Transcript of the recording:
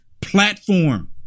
platform